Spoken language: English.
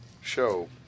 show